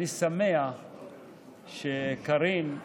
קארין,